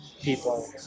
people